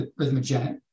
rhythmogenic